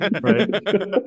right